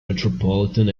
metropolitan